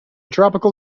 tropical